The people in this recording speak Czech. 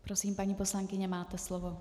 Prosím, paní poslankyně, máte slovo.